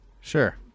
Sure